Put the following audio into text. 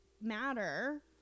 matter